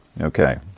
Okay